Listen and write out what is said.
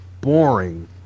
boring